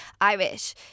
Irish